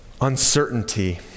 Uncertainty